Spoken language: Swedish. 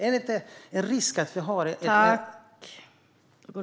Finns det inte en risk här?